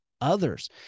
others